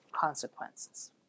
consequences